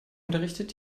unterrichtet